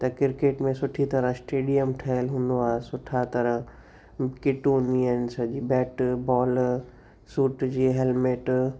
त क्रिकेट में सुठी तरह स्टेडियम ठहियलु हूंदो आहे सुठा तरह किट हूंदियूं आहिनि सॼी बैट बॉल सूट जी हेल्मेट